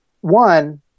one